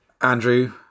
Andrew